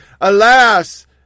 alas